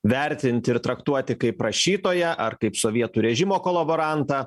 vertinti ir traktuoti kaip rašytoją ar kaip sovietų režimo kolaborantą